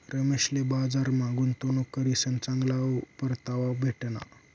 रमेशले बजारमा गुंतवणूक करीसन चांगला परतावा भेटना